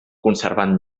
conservant